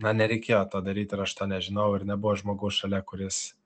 na nereikėjo to daryti ir aš to nežinau ir nebuvo žmogaus šalia kuris